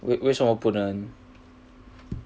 为什么不能